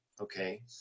Okay